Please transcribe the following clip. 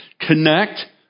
Connect